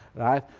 right?